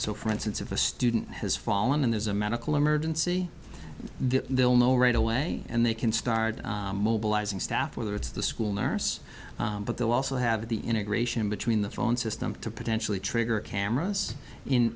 so for instance if a student has fallen and there's a medical emergency they'll know right away and they can start mobilizing staff whether it's the school nurse but they'll also have the integration between the phone system to potentially trigger cameras in